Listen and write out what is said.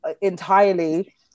entirely